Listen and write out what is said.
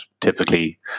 Typically